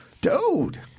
Dude